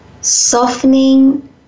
Softening